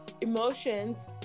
emotions